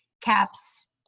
caps